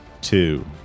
Two